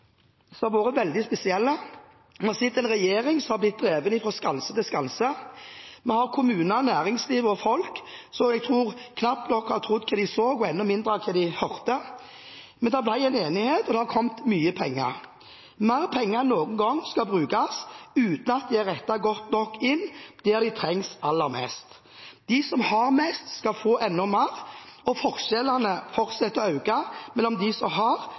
så, og enda mindre det de hørte, men det ble en enighet, og det kom mye penger. Mer penger enn noen gang skal brukes uten at det er rettet godt nok inn der det trengs aller mest. De som har mest, skal få enda mer, og forskjellene fortsetter å øke – mellom dem som har,